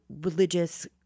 religious